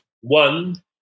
one